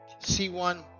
C1